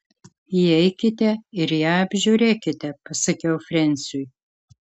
įeikite ir ją apžiūrėkite pasakiau frensiui